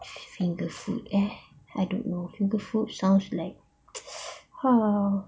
finger food eh I don't know finger food sounds like how ah